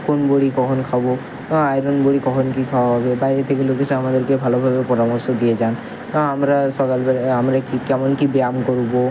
কোন বড়ি কখন খাবো আয়রন বড়ি কখন কী খাওয়া হবে বাইরে থেকে লোক এসে আমাদেরকে ভালোভাবে পরামর্শ দিয়ে যান আমরা সকালবেলায় আমরা কী কেমন কী ব্যায়াম করবো